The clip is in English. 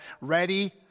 Ready